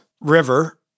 River